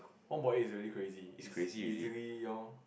one point eight is really crazy is easily your